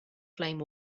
flame